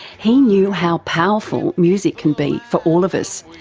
he knew how powerful music can be for all of us,